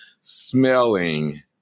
smelling